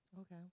Okay